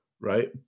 right